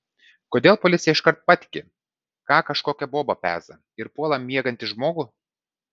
kodėl policija iš karto patiki ką kažkokia boba peza ir puola miegantį žmogų